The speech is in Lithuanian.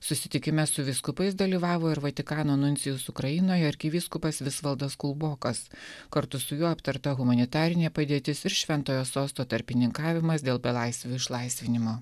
susitikime su vyskupais dalyvavo ir vatikano nuncijus ukrainoje arkivyskupas visvaldas kulbokas kartu su juo aptarta humanitarinė padėtis ir šventojo sosto tarpininkavimas dėl belaisvių išlaisvinimo